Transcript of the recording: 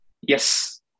Yes